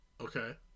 Okay